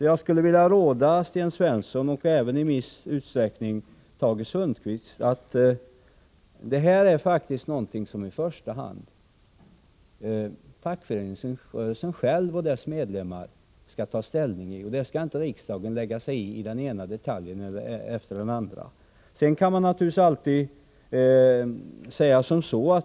Jag skulle vilja råda Sten Svensson och även i viss utsträckning Tage Sundkvist att tänka på att sådana här försäkringsavtal i första hand är någonting som fackföreningsrörelsen själv och dess medlemmar skall ta ställning till. Riksdagen skall inte lägga sig i den ena detaljen efter den andra.